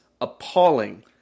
appalling